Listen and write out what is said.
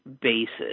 basis